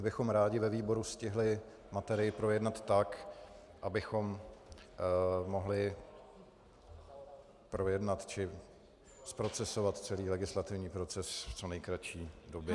My bychom rádi ve výboru stihli materii projednat tak, abychom mohli projednat či zprocesovat celý legislativní proces v co nejkratší době.